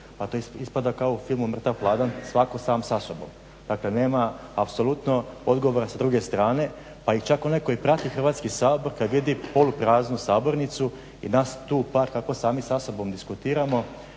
Pa to ispada kao u filmu Mrtav hladan svako sam sa sobom. Dakle nema apsolutno odgovora sa druge strane. Pa čak i onaj koji prati Hrvatski sabor kada vidi polupraznu sabornicu i nas par tu kako sami sa sobom diskutiramo